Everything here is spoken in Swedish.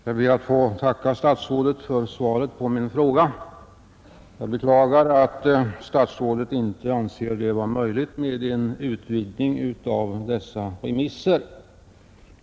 Herr talman! Jag ber att få tacka statsrådet för svaret på min fråga. Jag beklagar att statsrådet inte anser en utvidgning av remisserna vara möjlig.